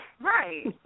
Right